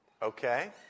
Okay